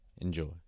Enjoy